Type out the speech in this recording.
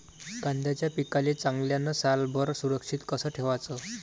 कांद्याच्या पिकाले चांगल्यानं सालभर सुरक्षित कस ठेवाचं?